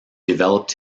developed